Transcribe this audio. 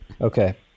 Okay